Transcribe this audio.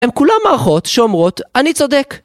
‫הן כולן מערכות שאומרות, ‫אני צודק.